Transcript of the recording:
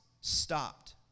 stopped